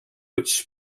which